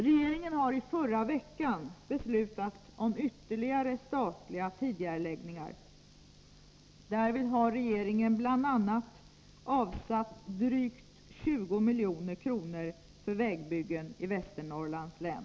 Regeringen har i förra veckan beslutat om ytterligare statliga tidigareläggningar. Därvid har regeringen bl.a. avsatt drygt 20 milj.kr. för vägbyggen i Västernorrlands län.